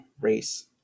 race